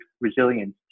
resilience